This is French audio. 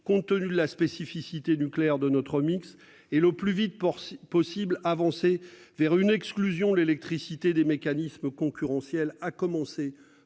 compte tenu de la spécificité nucléaire de notre mix et le plus vite possible, possible avancer vers une exclusion l'électricité des mécanismes concurrentiels, à commencer